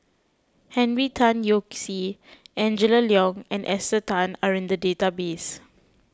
Henry Tan Yoke See Angela Liong and Esther Tan are in the database